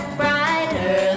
brighter